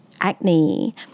acne